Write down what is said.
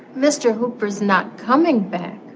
mr. hooper's not coming back